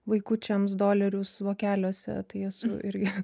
vaikučiams dolerius vokeliuose tai esu irgi